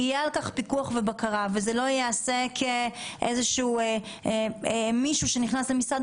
יהיה על כך פיקוח ובקרה וזה לא ייעשה כאיזשהו מישהו שנכנס למשרד